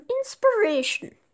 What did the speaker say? inspiration